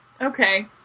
Okay